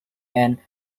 and